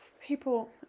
People